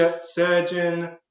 Surgeon